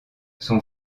son